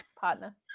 Partner